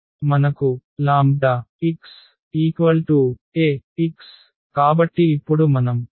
మనకు λx Ax కాబట్టి ఇప్పుడు మనం P 1 ను గుణించాలి